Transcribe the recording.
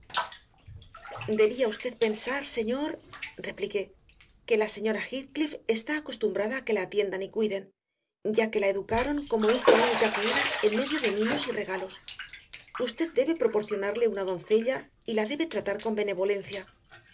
debía usted pensar señor repliqué que la señora heathcliff está acostumbrada a que la atiendan y cuiden ya que la educaron como hija única que era en medio de mimos y regalos usted debe proporcionarle una doncella y la debe tratar con benevolencia